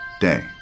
day